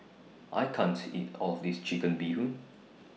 I can't eat All of This Chicken Bee Hoon